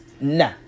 Nah